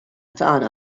tagħna